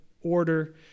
order